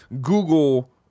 Google